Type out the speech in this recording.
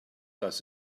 does